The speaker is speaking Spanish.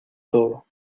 todo